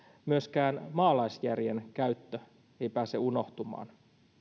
myöskään maalaisjärjen käyttö ei pääse unohtumaan